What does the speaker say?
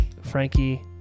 Frankie